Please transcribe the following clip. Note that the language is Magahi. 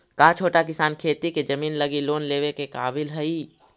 का छोटा किसान खेती के जमीन लगी लोन लेवे के काबिल हई?